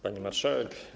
Pani Marszałek!